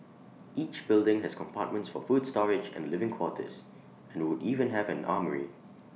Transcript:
each building has compartments for food storage and living quarters and would even have an armoury